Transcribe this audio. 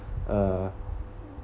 uh